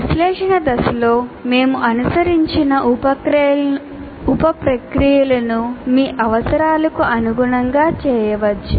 విశ్లేషణ దశలో మేము అనుసరించిన ఉప ప్రక్రియలను మీ అవసరాలకు అనుగుణంగా చేయవచ్చు